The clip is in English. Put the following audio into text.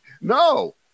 No